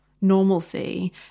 normalcy